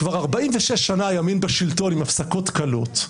כבר 46 שנה הימין בשלטון עם הפסקות קלות.